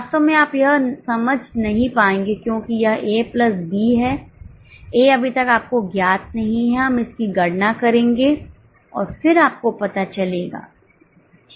वास्तव में आप यह समझ नहीं पाएंगे क्योंकि यह ए प्लस बी है ए अभी तक आपको ज्ञात नहीं है हम इसकी गणना करेंगे और फिर आपको पता चलेगा ठीक है